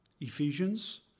Ephesians